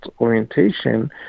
orientation